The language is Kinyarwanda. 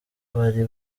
bari